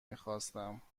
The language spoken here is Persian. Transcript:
میخواستم